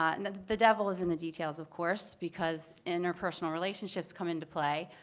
ah and the the devil is in the details of course because interpersonal relationships come into play.